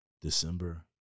December